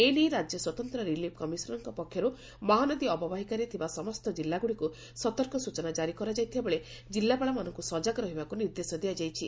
ଏନେଇ ରାଜ୍ୟ ସ୍ୱତନ୍ତ ରିଳିଫ କମିଶନରଙ୍କ ପକ୍ଷରୁ ମହାନଦୀ ଅବବାହିକାରେ ଥିବା ସମସ୍ତ କିଲ୍ଲାଗୁଡ଼ିକୁ ସତର୍କ ସୂଚନା କାରି କରାଯାଇଥିବା ବେଳେ ଜିଲ୍ଲାପାଳମାନଙ୍କୁ ସଜାଗ ରହିବାକୁ ନିର୍ଦ୍ଦେଶ ଦିଆଯାଇଛି